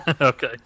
Okay